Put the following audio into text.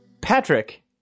Patrick